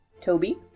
Toby